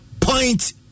point